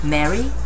Mary